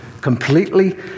completely